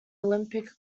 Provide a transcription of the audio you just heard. olympic